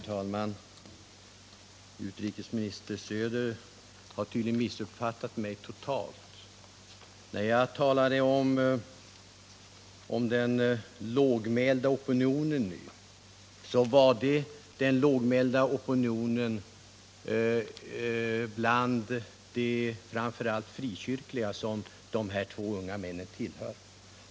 Herr talman! Utrikesminister Söder har tydligen missuppfattat mig totalt. När jag talade om den lågmälda opinionen, avsåg jag den lågmälda opinionen bland framför allt de frikyrkliga som de här unga männen tillhör.